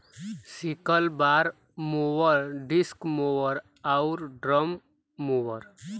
sickle bar mower, disc mower आउर drum mower